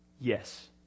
Yes